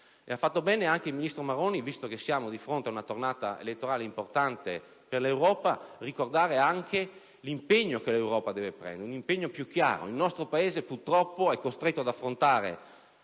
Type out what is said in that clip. Ha fatto bene il ministro Maroni, visto che siamo di fronte ad una tornata elettorale importante per l'Europa, a ricordare anche l'impegno che l'Europa deve prendere, un impegno più chiaro. Il nostro Paese purtroppo è costretto ad affrontare